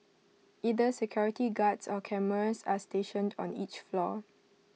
either security guards or cameras are stationed on each floor